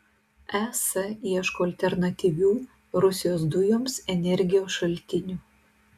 es ieško alternatyvių rusijos dujoms energijos šaltinių